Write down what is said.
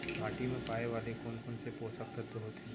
माटी मा पाए वाले कोन कोन से पोसक तत्व होथे?